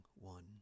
one